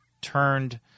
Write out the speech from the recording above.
turned